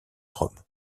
rome